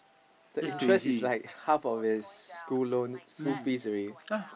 the interest is like half of it is school loan school fees already